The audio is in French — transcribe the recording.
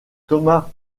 thomas